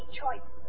choice